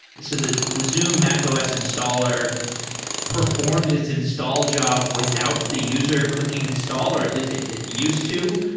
so the the zoom mac os installer performs its install job without the user clicking install or at least ah it used to.